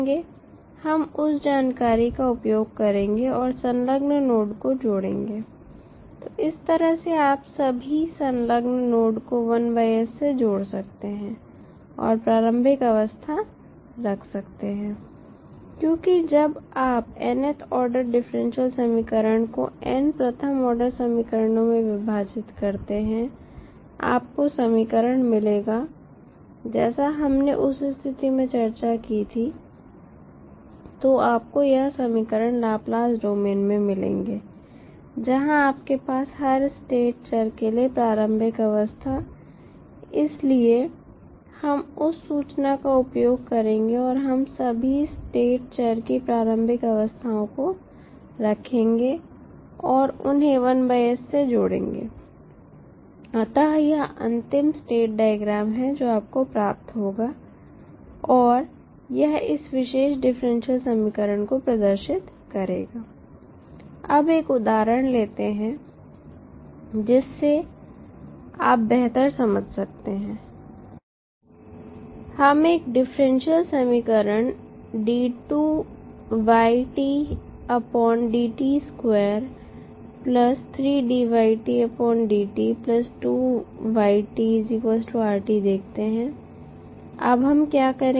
हम उस जानकारी का उपयोग करेंगे और संलग्न नोड को जोड़ेंगे तो इस तरह से आप सभी संलग्न नोड को 1s से जोड़ सकते हैं और प्रारंभिक अवस्था रख सकते हैं क्योंकि जब आप nth ऑर्डर डिफरेंशियल समीकरण को n प्रथम ऑर्डर समीकरणों में विभाजित करते हैं आपको समीकरण मिलेगा जैसा हमने उस स्थिति में चर्चा की थी तो आपको यह समीकरण लाप्लास डोमेन में मिलेंगे जहां आपके पास हर स्टेट चर के लिए प्रारंभिक अवस्था है इसलिए हम उस सूचना का उपयोग करेंगे और हम सभी स्टेट चर की प्रारंभिक अवस्थाओं को रखेंगे और उन्हें 1s से जोड़ेंगे अतः यह अंतिम स्टेट डायग्राम है जो आपको प्राप्त होगा और यह इस विशेष डिफरेंशियल समीकरण को प्रदर्शित करेगा अब एक उदाहरण लेते हैं जिससे आप बेहतर समझ सकते हैं हम एक डिफरेंशियल समीकरण देखते हैं अब हम क्या करेंगे